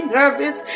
nervous